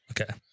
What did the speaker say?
Okay